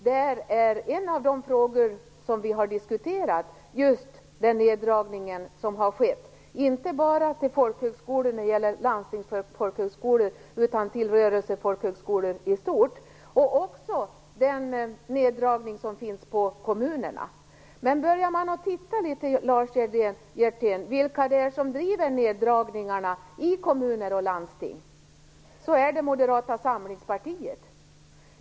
Där är en av de frågor som vi har diskuterat just den neddragning som har skett, inte bara till landstingsfolkhögskolor utan också till rörelsefolkhögskolor i stort. Vi har också diskuterat den neddragning som görs i kommunerna. Men börjar man titta litet, Lars Hjertén, vilka det är som driver neddragningarna i kommuner och landsting så ser man att det är Moderata samlingspartiet.